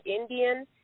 Indian